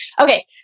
Okay